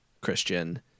Christian